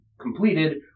completed